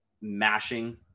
mashing